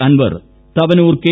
Anwar Thavanur K